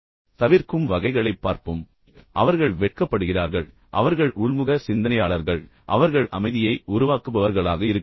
தவிர்க்கும் வகைகளை பார்ப்போம் அவர்கள் வெட்கப்படுகிறார்கள் அவர்கள் உள்முக சிந்தனையாளர்கள் அல்லது வெறுமனே அவர்கள் அமைதியை உருவாக்குபவர்களாக இருக்கிறார்கள்